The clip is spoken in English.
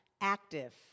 active